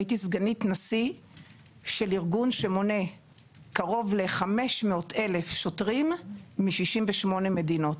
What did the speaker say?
הייתי סגנית נשיא של ארגון שמונה קרוב ל-500,000 שוטרים מ-68 מדינות.